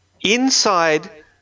inside